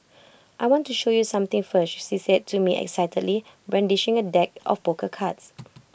I want to show you something first she said to me excitedly brandishing A deck of poker cards